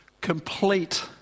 complete